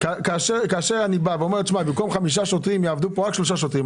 כאשר אני אומר שבמקום חמישה שוטרים יעבדו כאן רק שלושה שוטרים,